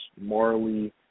morally